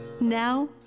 Now